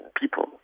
people